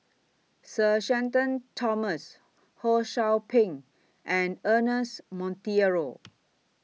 Sir Shenton Thomas Ho SOU Ping and Ernest Monteiro